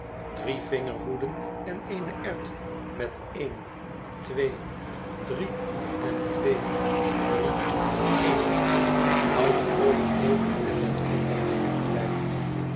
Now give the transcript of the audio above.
drie vingerhoeden en eene erwt met een twee drie en twee drie een houdt jeoogenopen en let op waar de erwt blijft